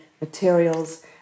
materials